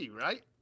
right